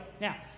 now